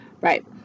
Right